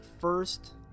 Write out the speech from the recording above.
first